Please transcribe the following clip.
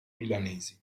milanesi